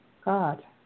God